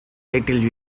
little